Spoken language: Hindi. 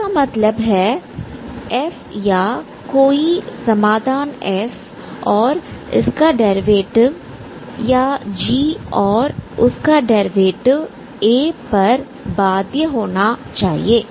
इसका मतलब है f या कोई समाधान f और उसका डेरिवेटिव या g और उसका डेरिवेटिव 'a' पर बाध्य होना चाहिए